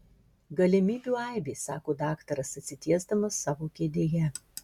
galimybių aibės sako daktaras atsitiesdamas savo kėdėje